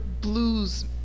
blues